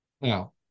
Now